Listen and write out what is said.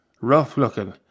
rough-looking